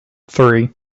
three